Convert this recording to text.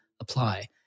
apply